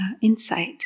insight